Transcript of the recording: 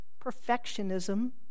Perfectionism